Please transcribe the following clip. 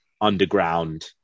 underground